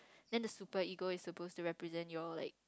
then the super ego is supposed to represent your like